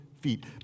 feet